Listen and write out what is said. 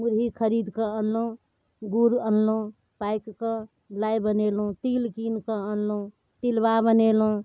मुरही खरिदकऽ अनलहुँ गुड़ अनलहुँ पाकिकऽ लाइ बनेलहुँ तिल कीनिकऽ अनलहुँ तिलबा बनेलहुँ